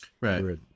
Right